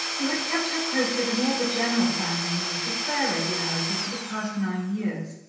who had kept her posted in all the general family news with fair regularity for the past nine years.